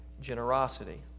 generosity